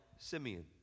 Simeon